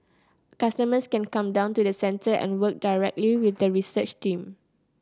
customers can come down to the centre and work directly with the research team